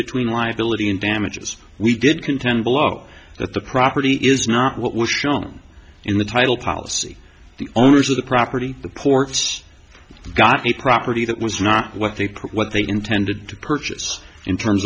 between liability and damages we did contend below that the property is not what was shown in the title policy the owners of the property the courts got a property that was not what they what they intended to purchase in terms